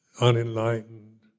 unenlightened